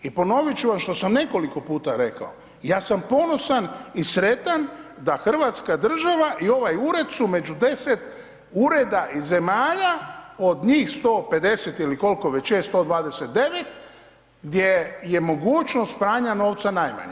I ponovit ću vam što sam nekoliko puta rekao, ja sam ponosan i sretan da Hrvatska država i ovaj ured su među 10 ureda i zemalja od njih 150 ili kolko već je 129, gdje je mogućnost pranja novca najmanja.